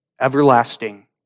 Everlasting